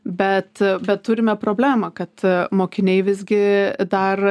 bet bet turime problemą kad mokiniai visgi dar